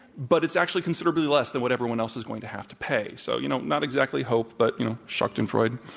but it's actually considerably less than what everyone else is going to have to pay. so, you know, not exactly hope, but you know, schadenfreude.